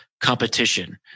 competition